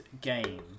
game